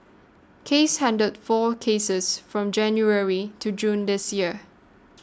case handled four cases from January to June this year